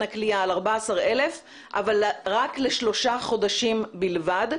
הכליאה על 14,000 אבל לשלושה חודשים בלבד,